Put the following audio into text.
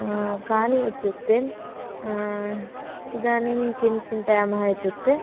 कानि इत्युक्ते इदानीं किं चिन्तयामः इत्युक्ते